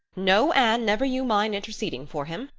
no, anne, never you mind interceding for him.